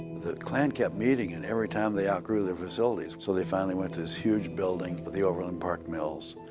the klan kept meeting. and every time, they outgrew their facilities. so they finally went to this huge building, but the overland park mills,